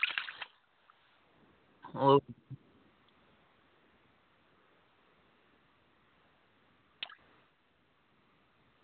ओह्